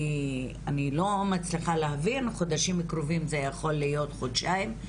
אני לא מצליחה להבין חודשים קרובים זה יכול להיות חודשיים,